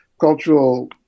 cultural